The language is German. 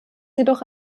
jedoch